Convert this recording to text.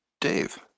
Dave